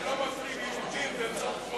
שבו מפלים יהודים באמצעות חוק.